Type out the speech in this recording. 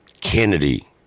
kennedy